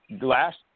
Last